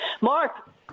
Mark